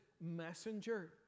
messenger